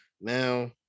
Now